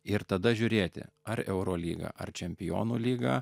ir tada žiūrėti ar eurolyga ar čempionų lyga